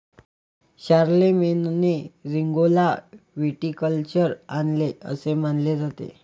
शारलेमेनने रिंगौला व्हिटिकल्चर आणले असे मानले जाते